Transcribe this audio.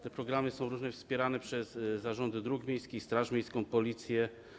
Te programy są również wspierane przez zarządy dróg miejskich, Straż Miejską, Policję.